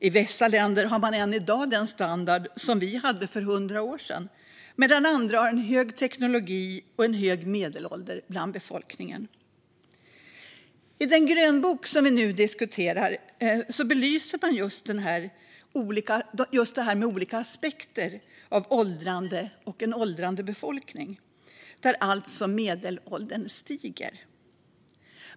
I vissa länder har man än i dag den standard som vi hade för 100 år sedan, medan andra har en hög teknisk nivå och en hög medelålder i befolkningen. I den grönbok som vi nu diskuterar belyser man just olika aspekter av åldrande och en åldrande befolkning, där alltså medelåldern stiger.